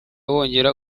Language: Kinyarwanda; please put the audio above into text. wongera